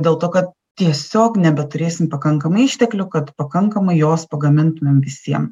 dėl to kad tiesiog nebeturėsim pakankamai išteklių kad pakankamai jos pagamintumėm visiem